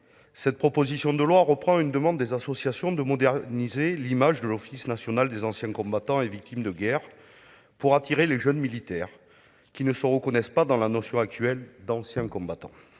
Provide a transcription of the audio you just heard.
Cette proposition de loi reprend une demande des associations tendant à moderniser l'image de l'Office national des anciens combattants et victimes de guerre pour attirer les jeunes militaires qui ne se reconnaissent pas dans la notion actuelle d'« ancien combattant